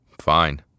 Fine